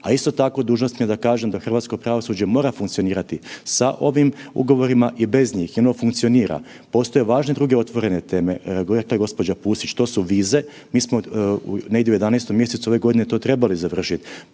A isto tako dužnost mi je da kažem da hrvatsko pravosuđe mora funkcionirati sa ovim ugovorima i bez njih i ono funkcionira. Postoje važne druge otvorene teme, gledajte gospođo Pusić to su vize, mi smo negdje u 11. mjesecu ove godine to trebali završiti,